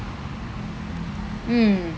mm